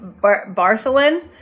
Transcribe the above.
Bartholin